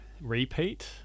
repeat